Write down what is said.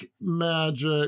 magic